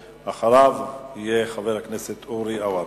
ואחריו, חבר הכנסת אורי אורבך.